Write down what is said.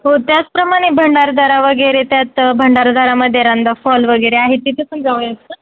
हो त्याचप्रमाणे भंडारदरा वगैरे त्यात भंडारदरामध्ये रांदा फॉल वगैरे आहे तिथे पण जाऊयात